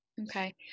Okay